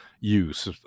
use